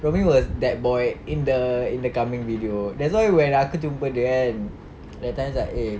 rumi was that boy in the in the kambing video that's why when aku jumpa dia kan at times like eh